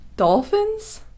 Dolphins